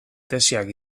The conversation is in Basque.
tesiak